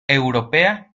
europea